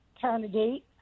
candidate